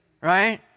right